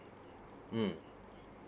mm